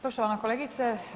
Poštovana kolegice.